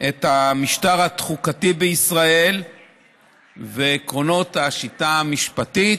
את המשטר התחיקתי בישראל ועקרונות השיטה המשפטית,